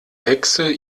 hexe